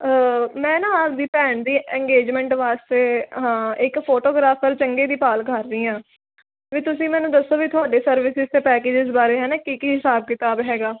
ਮੈਂ ਨਾ ਆਪਦੀ ਭੈਣ ਦੀ ਇੰਗੇਜਮੈਂਟ ਵਾਸਤੇ ਹਾਂ ਇੱਕ ਫੋਟੋਗ੍ਰਾਫਰ ਚੰਗੇ ਦੀ ਭਾਲ ਕਰ ਰਹੀ ਹਾਂ ਵੀ ਤੁਸੀਂ ਮੈਨੂੰ ਦੱਸੋ ਵੀ ਤੁਹਾਡੇ ਸਰਵਿਸਿਸ ਅਤੇ ਪੈਕਜਿਜ ਬਾਰੇ ਹੈ ਨਾ ਕੀ ਕੀ ਹਿਸਾਬ ਕਿਤਾਬ ਹੈਗਾ